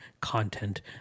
content